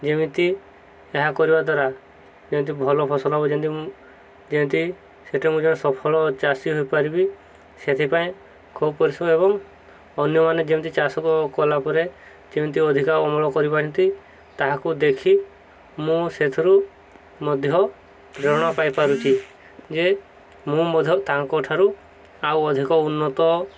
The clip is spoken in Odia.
ଯେମିତି ଏହା କରିବା ଦ୍ୱାରା ଯେମିତି ଭଲ ଫସଲ ହେବ ଯେମତି ଯେମିତି ସେଠି ମୁଁ ଯେଣେ ସଫଳ ଚାଷୀ ହୋଇପାରିବି ସେଥିପାଇଁ ଖୁବ୍ ପରିଶ୍ରମ ଏବଂ ଅନ୍ୟମାନେ ଯେମିତି ଚାଷ କଲାପରେ ଯେମିତି ଅଧିକ ଅମଳ କରିପାରନ୍ତି ତାହାକୁ ଦେଖି ମୁଁ ସେଥିରୁ ମଧ୍ୟ ପ୍ରେରଣା ପାଇପାରୁଛିି ଯେ ମୁଁ ମଧ୍ୟ ତାଙ୍କଠାରୁ ଆଉ ଅଧିକ ଉନ୍ନତ